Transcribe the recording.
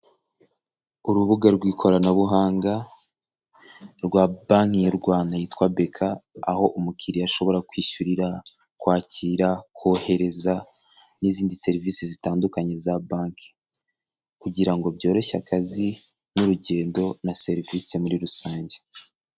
Urubuga rw'ikoranabuhanga rwa banki y'u Rwanda yitwa BK, aho umukiriya ashobora kwishyurira, kwakira, kohereza n'izindi serivisi zitandukanye za banki, kugira ngo byoroshye akazi n'urugendo na serivisi muri rusange.